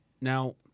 Now